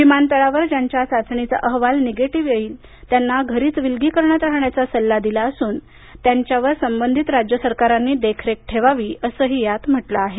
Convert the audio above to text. विमानतळावर ज्यांच्या चाचणीचा अहवाल निगेटिव्ह येईल त्यांना घरीच विलगीकरणात राहण्याचा सल्ला दिला असून त्यांच्यावर संबंधित राज्य सरकारांनी देखरेख ठेवावी असंही यात म्हटलं आहे